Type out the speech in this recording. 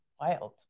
wild